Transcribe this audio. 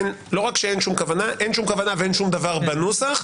שלא רק שאין שום דבר כוונה,